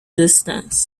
distance